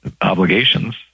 obligations